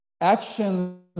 action